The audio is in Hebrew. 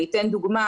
אני אתן דוגמה,